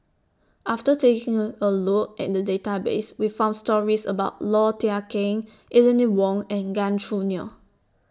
after taking A A Look At The Database We found stories about Low Thia Khiang Eleanor Wong and Gan Choo Neo